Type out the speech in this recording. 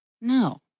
No